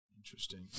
Interesting